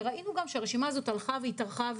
ראינו שהרשימה הזאת הלכה והתארכה,